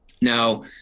Now